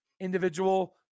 individual